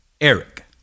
Eric